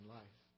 life